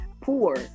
poor